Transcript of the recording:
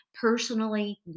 personally